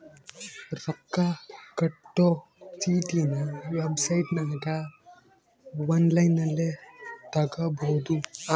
ರೊಕ್ಕ ಕಟ್ಟೊ ಚೀಟಿನ ವೆಬ್ಸೈಟನಗ ಒನ್ಲೈನ್ನಲ್ಲಿ ತಗಬೊದು